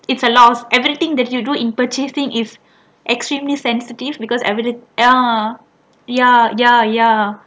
it's a loss everything that you do in purchasing is extremely sensitive because at the ah ya ya ya